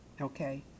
Okay